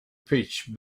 pitch